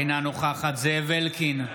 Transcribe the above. אינה נוכחת זאב אלקין,